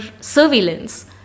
surveillance